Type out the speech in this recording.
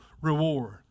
reward